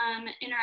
interact